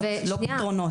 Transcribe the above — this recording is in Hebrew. לא פתרונות.